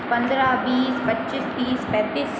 पंद्रह बीस पच्चीस तीस पैंतीस